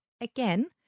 Again